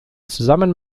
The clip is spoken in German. zusammen